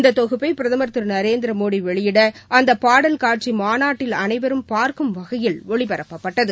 இந்த தொகுப்பை பிரதமர் திரு நரேந்திரமோடி வெளியிட அந்த பாடல் காட்சி மாநாட்டில் அனைவரும் பார்க்கும் வகையில் ஒளிபரப்பப்பட்டது